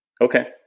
Okay